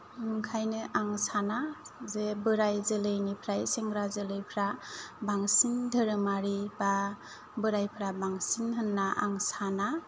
ओंखायनो आं साना जे बोराय जोलैनिफ्राय सेंग्रा जोलैफ्रा बांसिन धोरोमारि बा बोरायफोरा बांसिन होनना आं साना